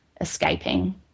escaping